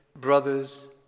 brothers